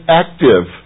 active